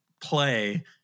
play